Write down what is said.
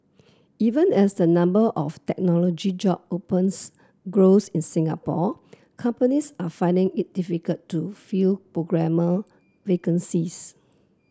even as the number of technology job opens grows in Singapore companies are finding it difficult to fill programmer vacancies